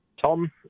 Tom